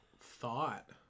thought